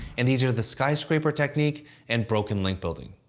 and these are the skyscraper technique and broken link building.